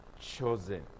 chosen